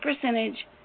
percentage